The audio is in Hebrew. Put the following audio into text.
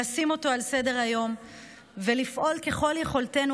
לשים אותו על סדר-היום ולפעול ככל יכולתנו